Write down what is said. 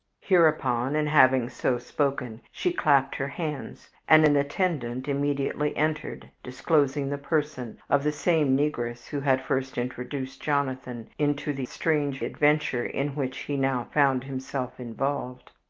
hereupon, and having so spoken, she clapped her hands, and an attendant immediately entered, disclosing the person of the same negress who had first introduced jonathan into the strange adventure in which he now found himself involved.